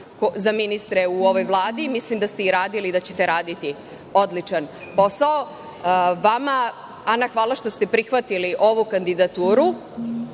za ministre u ovoj Vladi. Mislim da ste i radili i da ćete raditi odličan posao. Ana, vama hvala što ste prihvatili ovu kandidaturu.